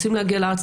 רוצים להגיע לארץ,